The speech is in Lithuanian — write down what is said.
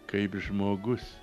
kaip žmogus